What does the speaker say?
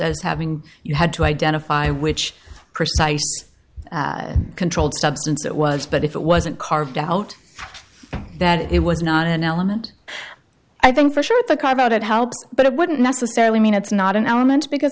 as having you had to identify which precise controlled substance it was but if it wasn't carved out that it was not an element i think for sure the car about it helps but it wouldn't necessarily mean it's not an element because